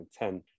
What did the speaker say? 2010